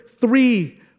three